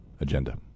agenda